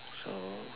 so